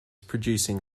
producing